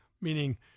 meaning